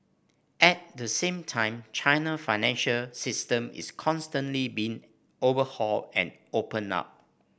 at the same time China financial system is constantly being overhaul and opened up